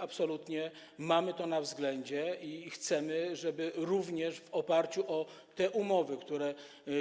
Absolutnie mamy to na względzie i chcemy - również w oparciu o te umowy, które